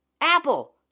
Apple